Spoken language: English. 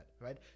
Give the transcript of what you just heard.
right